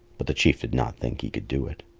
but the chief did not think he could do it.